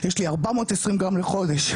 יש לי 420 גרם בחודש,